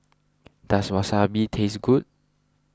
does Wasabi taste good